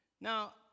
Now